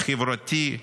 החברתי,